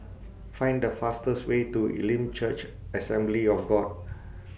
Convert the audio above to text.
Find The fastest Way to Elim Church Assembly of God